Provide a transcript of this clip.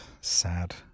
sad